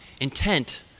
intent